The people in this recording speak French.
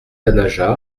denaja